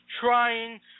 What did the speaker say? trying